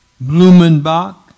Blumenbach